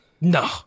No